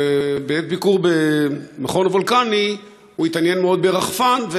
בעת ביקור במכון וולקני הוא התעניין מאוד ברחפן,